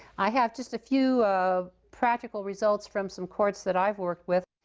i have just a few um practical results from some courts that i've worked with.